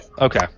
Okay